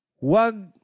wag